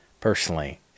personally